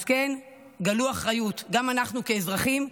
אז כן, גלו אחריות, גם אנחנו כאזרחים.